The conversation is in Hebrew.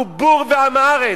הוא בור ועם הארץ,